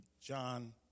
John